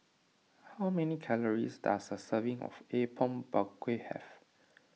how many calories does a serving of Apom Berkuah have